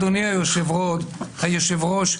אדוני היושב-ראש,